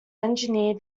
engineer